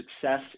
success